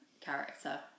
Character